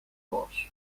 force